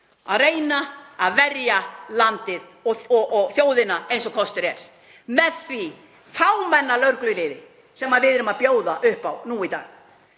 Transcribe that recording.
að reyna að verja landið og þjóðina eins og kostur er með því fámenna lögregluliði sem við erum að bjóða upp á nú í dag.